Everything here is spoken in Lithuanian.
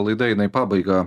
laida eina į pabaigą